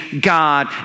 God